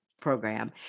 Program